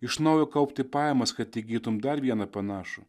iš naujo kaupti pajamas kad įgytumei dar vieną panašų